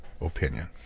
opinion